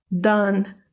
done